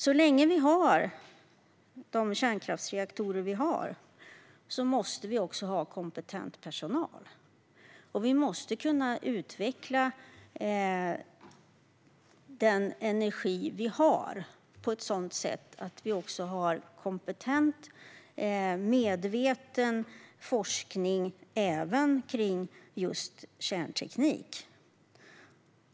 Så länge vi har de kärnkraftsreaktorer vi har måste vi också ha kompetent personal, och vi måste kunna utveckla den energi vi har på ett sådant sätt att vi har kompetent, medveten forskning även kring kärnteknik.